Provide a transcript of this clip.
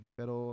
Pero